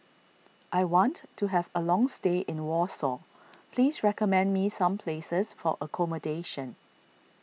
I want to have a long stay in Warsaw please recommend me some places for accommodation